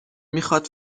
میخاد